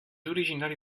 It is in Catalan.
originari